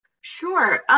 Sure